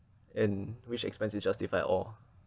and which expense is justified or